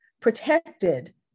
protected